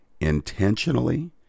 intentionally